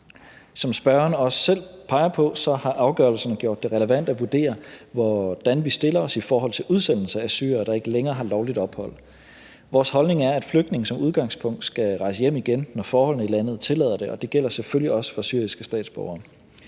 Som spørgeren også selv peger på, har afgørelsen gjort det relevant at vurdere, hvordan vi stiller os i forhold til udsendelse af syrere, der ikke længere har lovligt ophold. Vores holdning er, at flygtninge som udgangspunkt skal rejse hjem igen, når forholdene i landet tillader det, og det gælder selvfølgelig også for syriske statsborgere.